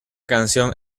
canción